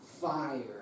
fire